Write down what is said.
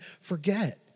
forget